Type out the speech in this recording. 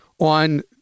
on